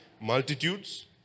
multitudes